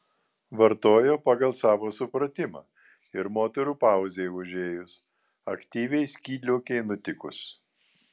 vartojo pagal savo supratimą ir moterų pauzei užėjus aktyviai skydliaukei nutikus